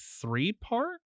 three-part